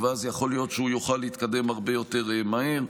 אז יכול להיות שהוא יוכל להתקדם הרבה יותר מהר.